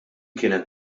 kienet